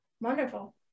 Wonderful